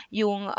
yung